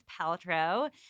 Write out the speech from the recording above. paltrow